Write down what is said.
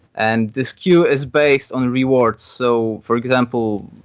and this q is based on reward. so for example,